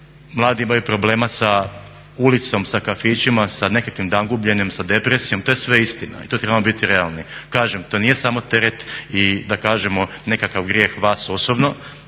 Mladi imaju problema sa ulicom, sa kafićima, sa nekakvim dangubljenjem, sa depresijom. To je sve istina i to trebamo biti realni. Kažem, to nije samo teret i da kažemo nekakav grijeh vas osobno